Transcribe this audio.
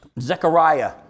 Zechariah